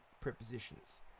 prepositions